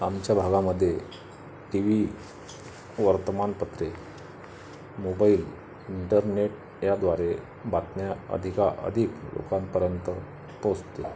आमच्या भागामध्ये TV वर्तमानपत्रे मोबाईल इंटरनेट याद्वारे बातम्या अधिका अधिक लोकांपर्यंत पोहचला